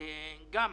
מדינה.